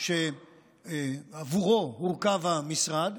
שעבורו הורכב המשרד,